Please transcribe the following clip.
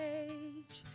age